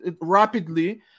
rapidly